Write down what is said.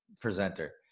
presenter